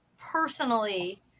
personally